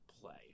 play